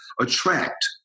attract